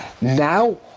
now